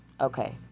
Okay